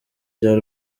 bya